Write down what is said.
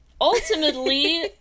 ultimately